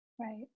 Right